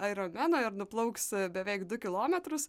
aironmeno ir nuplauks beveik du kilometrus